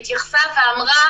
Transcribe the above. היא אמרה